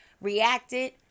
reacted